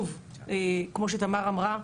כמו שתמר אמרה,